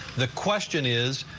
the question is,